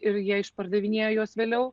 ir jie išpardavinėjo juos vėliau